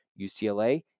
UCLA